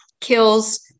kills